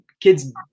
kids